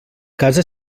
casa